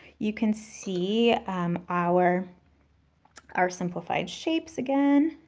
you can see um our our simplified shapes again,